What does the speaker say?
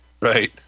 Right